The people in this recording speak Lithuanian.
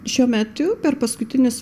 šiuo metu per paskutinius